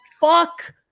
fuck